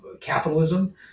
capitalism